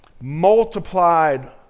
multiplied